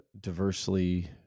Diversely